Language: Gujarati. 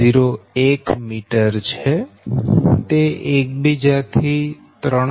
01 મીટર છે તે એકબીજા થી 3